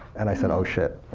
and i said, oh shit,